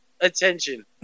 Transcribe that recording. attention